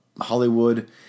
Hollywood